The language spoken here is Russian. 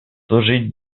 служить